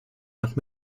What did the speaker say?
nach